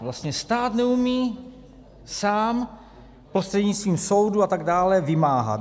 Vlastně stát neumí sám prostřednictvím soudů a tak dále vymáhat.